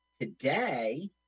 Today